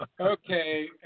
okay